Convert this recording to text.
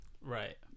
right